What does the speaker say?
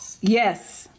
yes